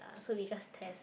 so we just test